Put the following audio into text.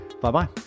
bye-bye